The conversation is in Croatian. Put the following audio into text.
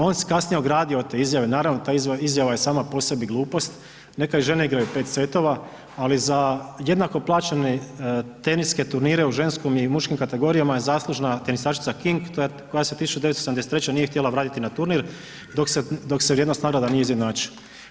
On se kasnije ogradio od te izjave, naravno ta izjava je sama po sebi glupost, nekad i žene igraju 5 setova, ali za jednako plaćene teniske turnire u ženskom i muškim kategorijama je zaslužna tenisačica King koja se 1983. nije htjela vratiti na turnir dok se vrijednost nagrada nije izjednačio.